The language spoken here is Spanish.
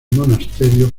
monasterio